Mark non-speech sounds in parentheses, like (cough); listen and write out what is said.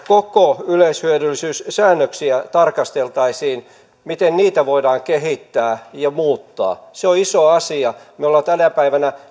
(unintelligible) koko yleishyödyllisyyssäännöksiä tarkasteltaisiin miten niitä voidaan kehittää ja muuttaa se on iso asia meillä on tänä päivänä